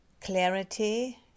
clarity